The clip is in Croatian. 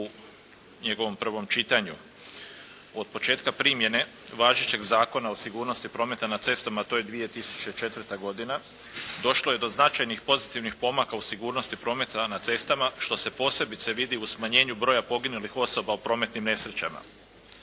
u njegovom prvom čitanju. Od početka primjene važećeg Zakona o sigurnosti prometa na cestama to je 2004. godina došlo je do značajnih pozitivnih pomaka u sigurnosti prometa na cestama što se posebice vidi u smanjenju broja poginulih osoba u prometnim nesrećama.